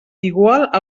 igual